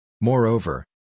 Moreover